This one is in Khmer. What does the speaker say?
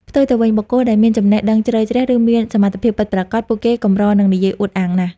ផ្ទុយទៅវិញ បុគ្គលដែលមានចំណេះដឹងជ្រៅជ្រះ ឬមានសមត្ថភាពពិតប្រាកដ ពួកគេកម្រនឹងនិយាយអួតអាងណាស់។